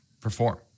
perform